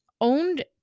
owned